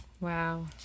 Wow